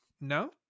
no